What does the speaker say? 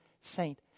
saint